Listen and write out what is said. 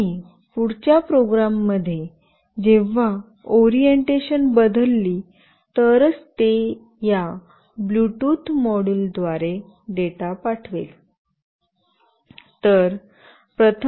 आणि पुढच्या प्रोग्रॅम मध्ये जेव्हा ओरिएंटेशन बदलली तरच ते या ब्लूटूथ मॉड्यूलद्वारे डेटा पाठवेल